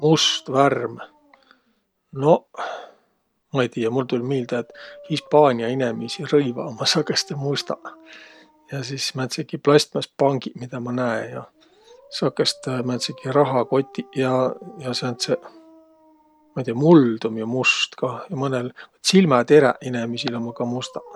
Must värm? Noq, ma'i tiiäq, mul tull' miilde, et Hispaania inemiisi rõivaq ummaq sakõstõ mustaq. Ja sis määntsegiq plastmasspangiq, midä ma näe ja sakõstõ määntseki rahakotiq ja sääntseq. Ma'i tiiäq, muld um jo must kah ja mõnõl, silmäteräq inemiisil ummaq ka mustaq.